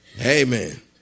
Amen